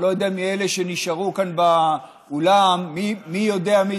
אני לא יודע מאלה שנשארו כאן באולם מי יודע מי